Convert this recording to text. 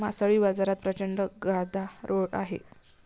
मासळी बाजारात प्रचंड गदारोळ आहे